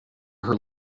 her